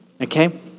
Okay